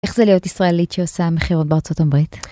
איך זה להיות ישראלית שעושה מכירות בארה״ב?